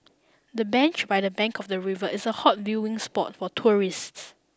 the bench by the bank of the river is a hot viewing spot for tourists